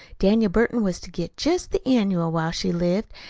daniel burton was to get jest the annual while she lived,